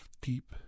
deep